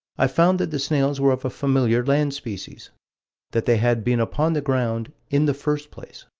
i found that the snails were of a familiar land-species that they had been upon the ground in the first place.